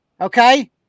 Okay